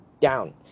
down